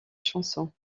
chanson